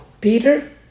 Peter